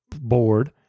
board